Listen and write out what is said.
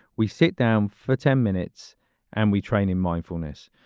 we sit down for ten minutes and we train in mindfulness,